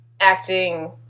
acting